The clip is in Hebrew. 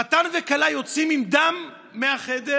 חתן וכלה יוצאים עם דם מהחדר,